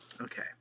Okay